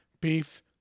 beef